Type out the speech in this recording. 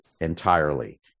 entirely